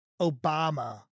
Obama